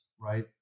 Right